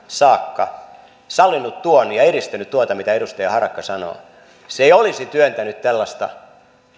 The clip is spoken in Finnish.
saakka sallinut tuon ja edistänyt tuota mitä edustaja harakka sanoo se ei olisi työntänyt tällaista